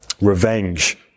Revenge